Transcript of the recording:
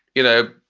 you know,